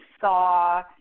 saw